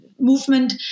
movement